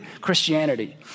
Christianity